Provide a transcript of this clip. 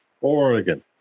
Oregon